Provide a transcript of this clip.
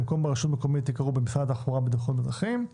במקום "ברשות המקומית" יקראו "במשרד התחבורה והבטיחות בדרכים";